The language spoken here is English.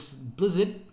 Blizzard